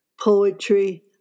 poetry